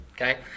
okay